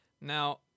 Now